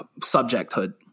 subjecthood